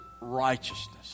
righteousness